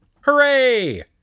Hooray